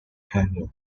canyon